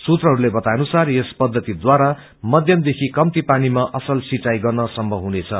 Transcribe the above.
सूत्रहरूले बताए अनुसार यस पद्वति द्वारा मध्यम देखि कम्ती पानीमा असल सिंचाई गर्न सम्मव हुनेछ